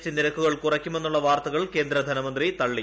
T നിര്ക്കുകൾ കുറയ്ക്കുമെന്നുള്ള വാർത്തകൾ കേന്ദ്ര ധനമന്ത്രി തള്ളി